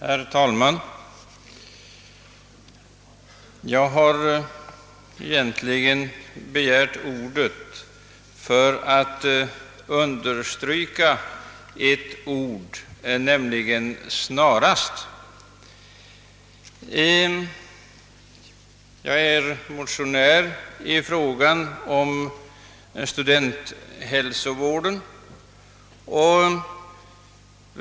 Herr talman! Jag har egentligen begärt ordet för att understryka ett ord, nämligen »snarast». Och jag gör det i egenskap av motionär i frågan om studenthälsovården.